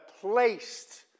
placed